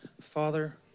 father